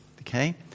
Okay